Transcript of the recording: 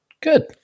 good